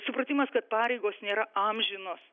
supratimas kad pareigos nėra amžinos